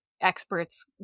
experts